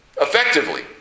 effectively